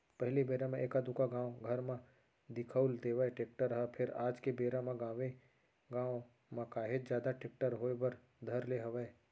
पहिली बेरा म एका दूका गाँव घर म दिखउल देवय टेक्टर ह फेर आज के बेरा म गाँवे गाँव म काहेच जादा टेक्टर होय बर धर ले हवय